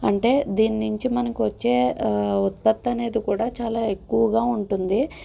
అంటే దీని నుంచి మనకు వచ్చే ఉత్పత్తి అనేది కూడా చాలా ఎక్కువగా ఉంటుంది